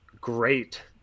great